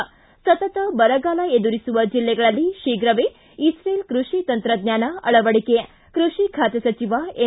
ಿ ಸತತ ಬರಗಾಲ ಎದುರಿಸುವ ಜಿಲ್ಲೆಗಳಲ್ಲಿ ಶೀಘವೇ ಇದ್ರೇಲ್ ಕೃಷಿ ತಂತ್ರಜ್ಞಾನ ಅಳವಡಿಕೆ ಕೃಷಿ ಖಾತೆ ಸಚಿವ ಎನ್